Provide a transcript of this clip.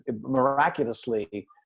miraculously